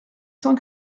cent